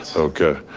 so okay.